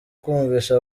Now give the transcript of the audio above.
kumvisha